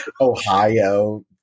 Ohio